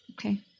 Okay